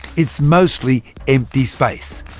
it's mostly empty space.